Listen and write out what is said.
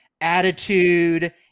attitude